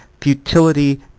Futility